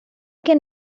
can